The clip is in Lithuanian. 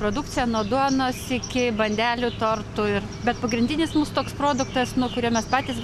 produkciją nuo duonos iki bandelių tortų ir bet pagrindinis mūsų toks produktas nuo kurio mes patys